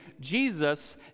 Jesus